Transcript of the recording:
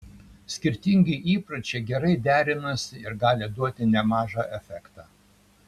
skirtingi įpročiai gerai derinasi ir gali duoti nemažą efektą